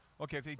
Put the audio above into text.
Okay